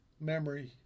memory